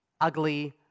ugly